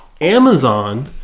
Amazon